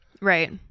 right